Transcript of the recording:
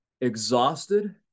exhausted